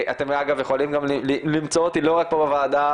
אתם אגב יכולים גם למצוא אותי לא רק פה בוועדה.